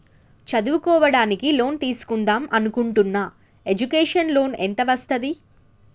చదువుకోవడానికి లోన్ తీస్కుందాం అనుకుంటున్నా ఎడ్యుకేషన్ లోన్ ఎంత వస్తది?